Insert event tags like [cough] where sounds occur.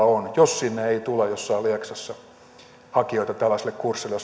jos ei tule jossain lieksassa hakijoita tällaiselle kurssille [unintelligible]